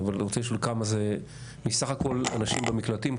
אני רוצה לשאול כמה זה מסך כל הנשים במקלטים,